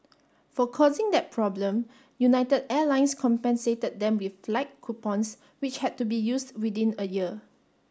for causing that problem United Airlines compensated them with flight coupons which had to be used within a year